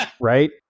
Right